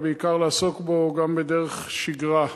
אבל בעיקר לעסוק בו גם בדרך שגרה.